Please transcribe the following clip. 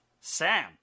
Sam